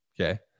Okay